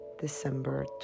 December